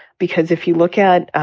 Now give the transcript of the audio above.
because if you look at i